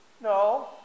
No